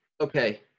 Okay